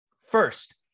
First